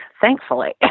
thankfully